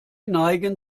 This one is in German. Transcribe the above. neigen